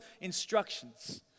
instructions